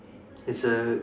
it's a